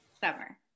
Summer